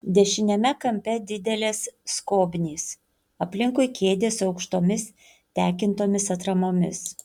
dešiniame kampe didelės skobnys aplinkui kėdės su aukštomis tekintomis atramomis